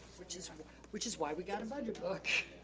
which is which is why we got a budget book.